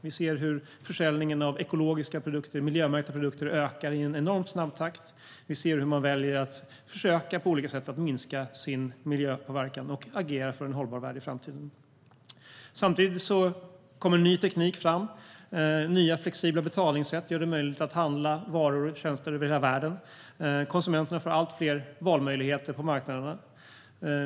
Vi ser hur försäljningen av ekologiska och miljömärkta produkter ökar i enormt snabb takt, och vi ser hur människor väljer att på olika sätt försöka minska sin miljöpåverkan och agera för en hållbar värld i framtiden. Samtidigt kommer ny teknik fram. Nya flexibla betalningssätt gör det möjligt att handla varor och tjänster över hela världen, och konsumenterna får allt fler valmöjligheter på marknaderna.